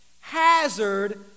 Hazard